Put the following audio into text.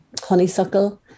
honeysuckle